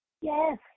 Yes